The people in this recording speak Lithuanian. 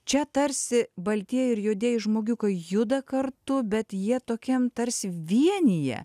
čia tarsi baltieji ir juodieji žmogiukai juda kartu bet jie tokiam tarsi vienija